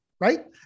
right